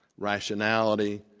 rationality,